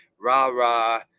rah-rah